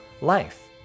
life